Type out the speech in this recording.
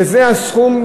שזה הסכום,